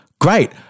great